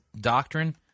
doctrine